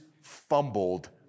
fumbled